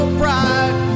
pride